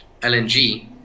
LNG